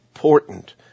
Important